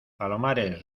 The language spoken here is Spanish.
palomares